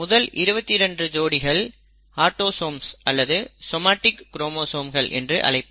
முதல் 22 ஜோடிகள் ஆட்டோசோம்ஸ் அல்லது சோமாடிக் க்ரோமோசோம்ஸ் என்று அழைப்பர்